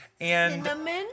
Cinnamon